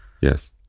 Yes